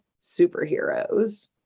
superheroes